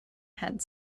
had